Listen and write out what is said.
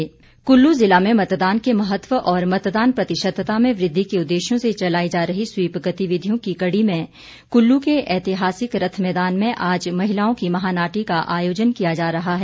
महा नाटी कुल्लू जिला में मतदान के महत्व और मतदान प्रतिशतता में वृद्धि के उद्देश्यों से चलाई जा रही स्वीप गतिविधियों की कड़ी में कुल्लू के ऐतिहासिक रथ मैदान में आज महिलाओं की महा नाटी का आयोजन किया जा रहा है